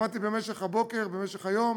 שמעתי במשך הבוקר, במשך היום.